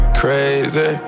crazy